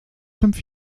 fünf